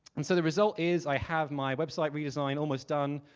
and so the result is i have my website redesign almost done.